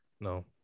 no